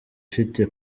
ifite